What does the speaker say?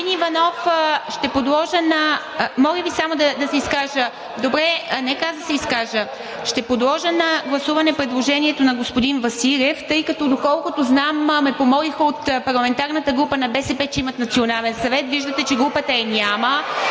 МИТЕВА: Ще подложа на гласуване предложението на господин Василев, тъй като ме помолиха от парламентарната група на БСП, че имат национален съвет – виждате, че групата я няма.